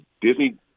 Disney